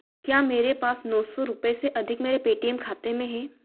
क्या मेरे पास नौ सौ रुपये से अधिक मेरे पेटीएम खाते में है